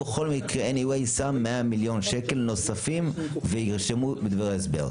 בכל מקרה וא שם 100 מיליון שקל נוספים והם ירשמו בדברי ההסבר.